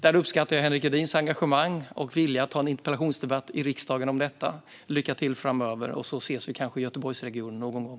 Jag uppskattar Henrik Edins engagemang och viljan att ha en interpellationsdebatt i riksdagen om detta. Lycka till framöver, så ses vi kanske i Göteborgsregionen någon gång!